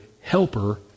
helper